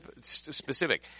specific